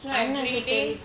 so like everyday